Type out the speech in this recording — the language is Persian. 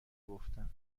گفتم